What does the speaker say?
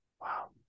Wow